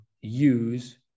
use